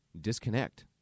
disconnect